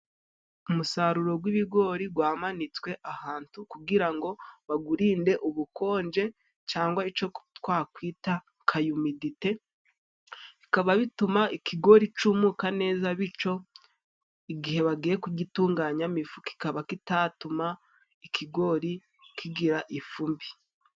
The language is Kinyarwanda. Umusaruro gw'ibigori gwamanitswe ahantu kugira ngo bagurinde ubukonje cangwa ico twakwita kayumidite, bikaba bituma ikigori cumuka neza bico igihe bagiye kugitunganyamo ifu kikaba kitatuma ikigori kigira ifu mbi.